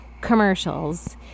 commercials